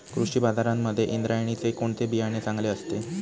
कृषी बाजारांमध्ये इंद्रायणीचे कोणते बियाणे चांगले असते?